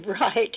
right